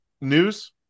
News